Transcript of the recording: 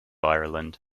ireland